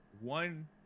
one